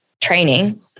training